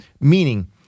meaning